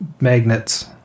magnets